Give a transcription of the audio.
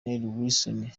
wilson